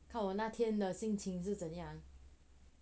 看我那天的心情是怎样